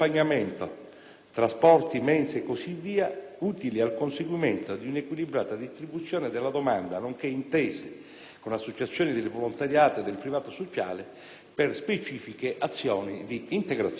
(trasporti, mense, e così via) utili al conseguimento di un'equilibrata distribuzione della domanda, nonché intese con associazioni del volontariato e del privato sociale per specifiche azioni di integrazione.